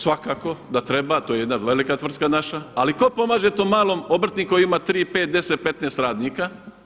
Svakako da treba, to je jedna velika tvrtka naša, ali tko pomaže tom malom obrtniku koji ima 3, 5, 10, 15 radnika?